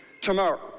tomorrow